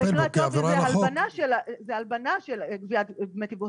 במקרה הטוב זה הלבנה של גביית דמי תיווך,